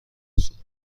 صحبت